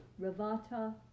Ravata